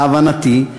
להבנתי,